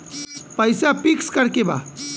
पैसा पिक्स करके बा?